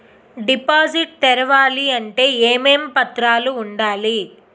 Deposit తెరవాలి అంటే ఏమేం పత్రాలు ఉండాలి?